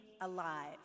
alive